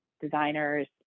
designers